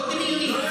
לא דמיוני.